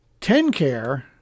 TenCare